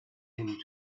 him